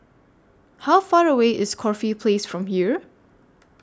How Far away IS Corfe Place from here